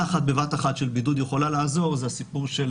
אחת של בידוד יכולה לעזור וזה הסיפור של